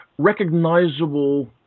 recognizable